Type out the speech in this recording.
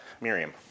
Miriam